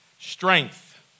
strength